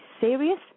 serious